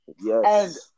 Yes